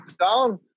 down